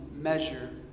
Measure